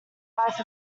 life